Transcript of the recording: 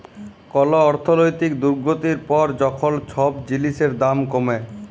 call অর্থলৈতিক দুর্গতির পর যখল ছব জিলিসের দাম কমে